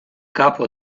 capo